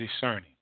discerning